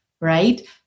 right